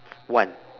one